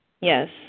Yes